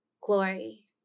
glory